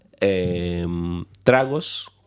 Tragos